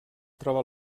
troba